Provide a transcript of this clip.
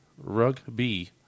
Rugby